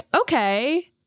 Okay